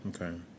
Okay